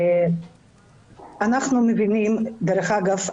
דרך אגב,